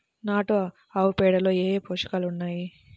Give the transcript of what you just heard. నాటు ఆవుపేడలో ఏ ఏ పోషకాలు ఉన్నాయి?